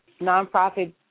nonprofit